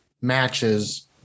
matches